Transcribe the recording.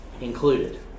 included